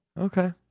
Okay